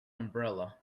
umbrella